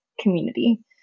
community